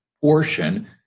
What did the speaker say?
portion